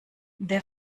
der